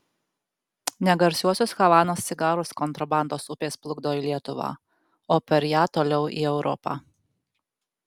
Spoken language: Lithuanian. ne garsiuosius havanos cigarus kontrabandos upės plukdo į lietuvą o per ją toliau į europą